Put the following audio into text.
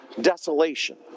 desolation